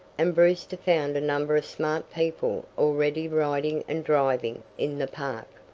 and brewster found a number of smart people already riding and driving in the park.